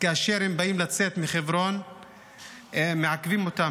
כאשר הם באים לצאת מחברון מעכבים אותם,